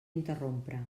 interrompre